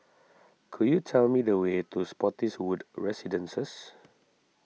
could you tell me the way to Spottiswoode Residences